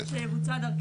אני אומר עוד